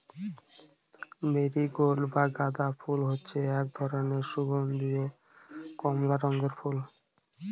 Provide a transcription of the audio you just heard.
marigold বা গাঁদা ফুল হচ্ছে এক ধরনের সুগন্ধীয় কমলা রঙের ফুল